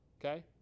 okay